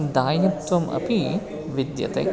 दायित्वम् अपि विद्यते